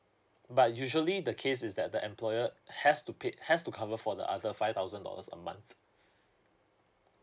but usually the case is that the employer has to pay has to cover for the other five thousand dollars a month